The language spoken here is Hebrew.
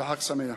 וחג שמח.